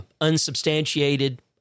unsubstantiated